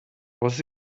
was